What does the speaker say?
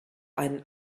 einen